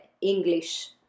English